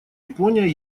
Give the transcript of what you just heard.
япония